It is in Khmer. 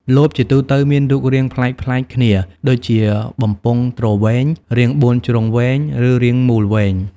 លបជាទូទៅមានរូបរាងប្លែកៗគ្នាដូចជាបំពង់ទ្រវែង រាងបួនជ្រុងវែង ឬរាងមូលវែង។